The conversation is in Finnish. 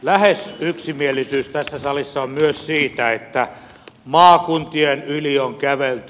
lähes yksimielisyys tässä salissa on myös siitä että maakuntien yli on kävelty